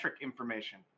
information